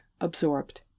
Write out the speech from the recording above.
absorbed